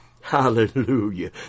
Hallelujah